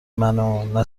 منو، نه